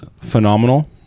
phenomenal